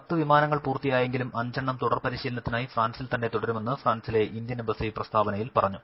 പത്ത് വിമാനങ്ങൾ പൂർത്തിയായെങ്കിലും അഞ്ച് എണ്ണം തുടർ പരിശീലനത്തിനായി ഫ്രാൻസിൽ തന്നെ തുടരുമെന്ന് ഫ്രാൻസിലെ ഇന്ത്യൻ എംബസി പ്രസ്താവനയിൽ പറഞ്ഞു